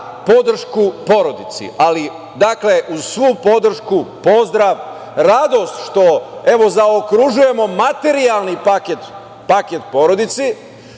podršku porodici. Ali, dakle, uz svu podršku pozdrav, radost što, evro, zaokružujemo materijalni paket, paket